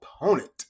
opponent